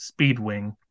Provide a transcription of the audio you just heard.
Speedwing